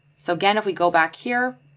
so again, if we go back here